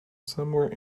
somewhere